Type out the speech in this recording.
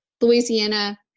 Louisiana